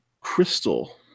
crystal